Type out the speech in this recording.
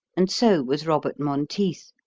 and so was robert monteith,